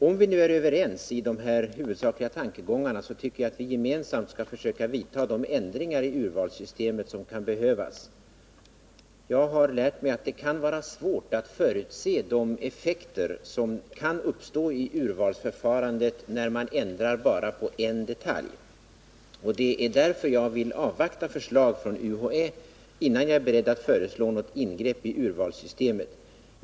Om vi nu är överens i de här huvudsakliga tankegångarna, tycker jag att vi gemensamt skall försöka vidta de ändringar i urvalssystemet som kan behövas. Jag har lärt mig att det kan vara svårt att förutse de effekter som kan uppstå i urvalsförfarandet när man ändrar bara på en detalj. Det är därför jag 179 vill avvakta förslag från UHÄ innan jag är beredd att föreslå något ingrepp i urvalssystemet.